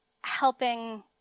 helping